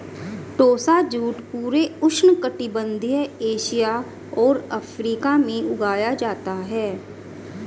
टोसा jute पूरे उष्णकटिबंधीय Asia और अफ्रीका में उगाया जाता है